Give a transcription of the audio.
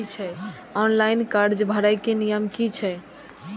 Online कर्जा भरे के नियम की छे?